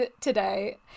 today